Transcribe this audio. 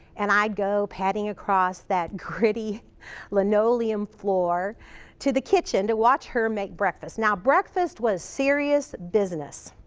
and i'd go padding across that gritty linoleum floor to the kitchen to watch her make breakfast. now breakfast was serious business.